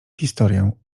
historię